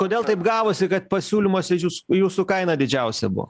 kodėl taip gavosi kad pasiūlymas ezius jūsų kaina didžiausia buvo